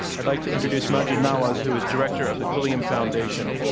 i'd like to introduce maajid nawaz, who is director of the quilliam foundation,